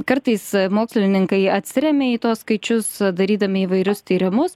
kartais mokslininkai atsiremia į tuos skaičius darydami įvairius tyrimus